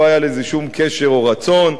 לא היה לזה שום קשר או רצון.